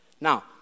Now